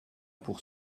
pour